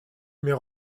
mais